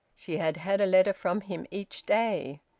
she had had a letter from him each day.